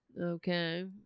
Okay